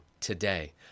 today